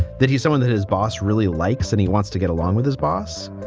that he's someone that his boss really likes and he wants to get along with his boss,